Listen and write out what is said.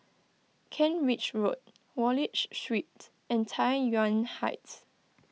Kent Ridge Road Wallich Street and Tai Yuan Heights